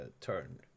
turn